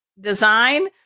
design